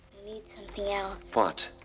need something else. what?